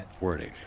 wording